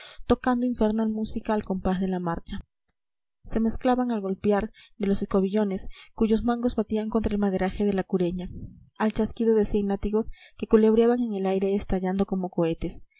tocando infernal música al compás de la marcha se mezclaba el golpear de los escobillones cuyos mangos batían contra el maderaje de la cureña al chasquido de cien látigos que culebreaban en el aire estallando como cohetes